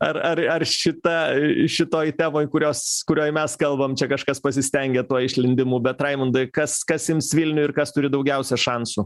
ar ar ar šita šitoj temoj kurios kurioj mes kalbam čia kažkas pasistengė tuo išlindimu bet raimundai kas kas jums vilniuj ir kas turi daugiausia šansų